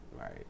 Right